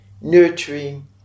nurturing